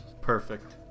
Perfect